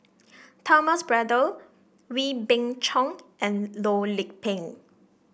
Thomas Braddell Wee Beng Chong and Loh Lik Peng